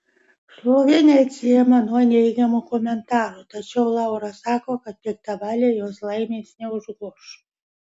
šlovė neatsiejama nuo neigiamų komentarų tačiau laura sako kad piktavaliai jos laimės neužgoš